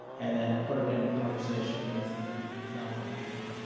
and then put it in conversation with non-white people,